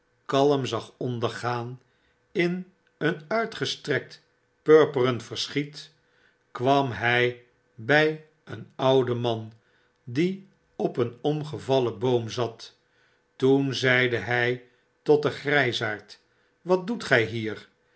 kalm zag ondergaan in een uitgestrekt purperen verschiet kwam hy by een ouden man die op een omgevallen boom zat toen zeide hy tot den grysaard wat doet gy hier